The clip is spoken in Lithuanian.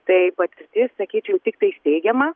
tai patirtis sakyčiau tiktais teigiama